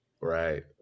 Right